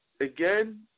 again